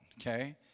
okay